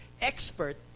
expert